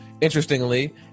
interestingly